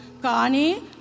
Kani